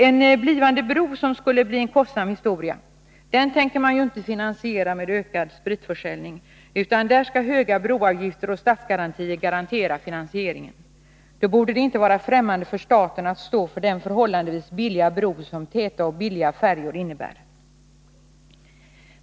En blivande bro, som skulle bli en kostsam historia, tänker man ju inte finansiera med ökad spritförsäljning — där skall höga broavgifter och statsgarantier garantera finansieringen. Då borde det inte vara främmande för staten att stå för den förhållandevis billiga bro som täta och billiga färjor innebär.